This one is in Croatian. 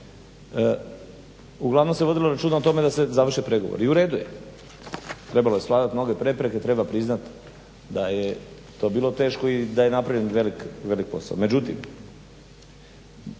uglavnom se vodilo računa o tome da se završe pregovori i u redu je. Trebalo je svladat mnoge prepreke, treba priznat da je to bilo teško i da je napravljen velik posao.